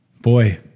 Boy